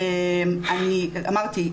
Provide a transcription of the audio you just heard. אמרתי,